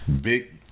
big